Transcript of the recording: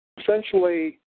Essentially